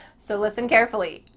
so listen carefully.